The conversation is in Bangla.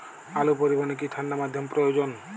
আলু পরিবহনে কি ঠাণ্ডা মাধ্যম প্রয়োজন?